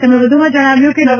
તેમણે વધુમાં જણાવ્યું હતું કે ડો